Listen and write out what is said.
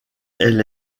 elle